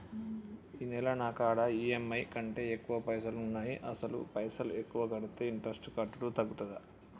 ఈ నెల నా కాడా ఈ.ఎమ్.ఐ కంటే ఎక్కువ పైసల్ ఉన్నాయి అసలు పైసల్ ఎక్కువ కడితే ఇంట్రెస్ట్ కట్టుడు తగ్గుతదా?